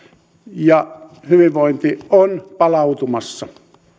ja hyvinvointi on palautumassa